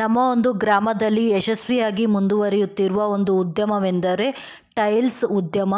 ನಮ್ಮ ಒಂದು ಗ್ರಾಮದಲ್ಲಿ ಯಶಸ್ವಿಯಾಗಿ ಮುಂದುವರಿಯುತ್ತಿರುವ ಒಂದು ಉದ್ಯಮವೆಂದರೆ ಟೈಲ್ಸ್ ಉದ್ಯಮ